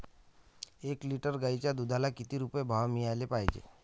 एक लिटर गाईच्या दुधाला किती रुपये भाव मिळायले पाहिजे?